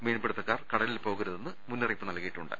മീൻപിടിത്തക്കാർ കടലിൽ പോകരുതെന്ന് മുന്നറിയിപ്പ് നൽകിയിട്ടുണ്ട്